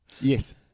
Yes